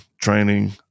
training